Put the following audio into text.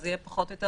זה יהיה פחות או יותר